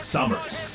Summers